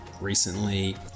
recently